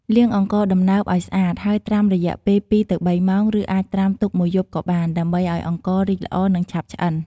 លាងអង្ករដំណើបឲ្យស្អាត ហើយត្រាំរយៈពេល២ទៅ៣ម៉ោង ឬអាចត្រាំទុកមួយយប់ក៏បាន ដើម្បីឱ្យអង្កររីកល្អ និងឆាប់ឆ្អិន។